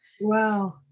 Wow